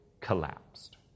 collapsed